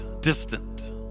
distant